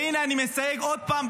והינה, אני מסייג עוד פעם,